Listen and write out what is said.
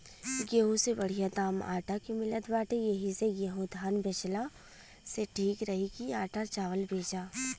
गेंहू से बढ़िया दाम आटा के मिलत बाटे एही से गेंहू धान बेचला से ठीक रही की आटा चावल बेचा